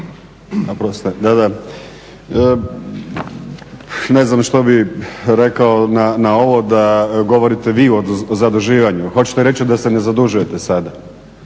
Ne znam što bi rekao na ovo da govorite vi o zaduživanju. Hoćete reći da se ne zadužujete sada?